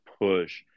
push